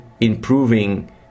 improving